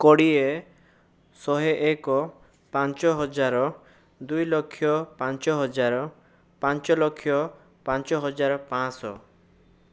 କୋଡ଼ିଏ ଶହେଏକ ପାଞ୍ଚ ହଜାର ଦୁଇ ଲକ୍ଷ ପାଞ୍ଚ ହଜାର ପାଞ୍ଚ ଲକ୍ଷ ପାଞ୍ଚ ହଜାର ପାଁଶ